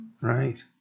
Right